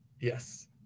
yes